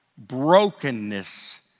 brokenness